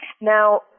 Now